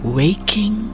waking